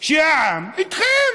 שהעם איתכם,